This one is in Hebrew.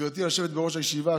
גברתי יושבת-ראש הישיבה,